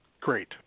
great